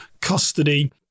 custody